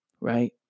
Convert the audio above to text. Right